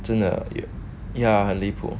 真的 ya ya 很离谱